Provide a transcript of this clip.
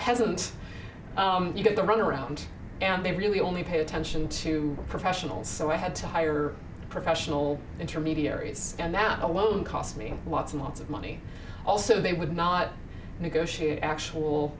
peasant you get the run around and they really only pay attention to professionals so i had to hire a professional intermediaries and that alone cost me lots and lots of money also they would not negotiate